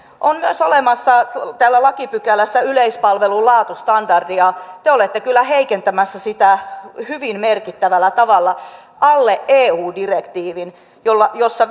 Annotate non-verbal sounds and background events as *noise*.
on myös olemassa täällä lakipykälässä yleispalvelulaatustandardi ja te olette kyllä heikentämässä sitä hyvin merkittävällä tavalla alle eu direktiivin jossa *unintelligible*